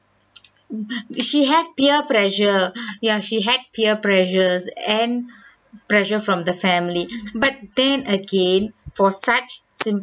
she have peer pressure ya she had peer pressures and pressure from the family but then again for such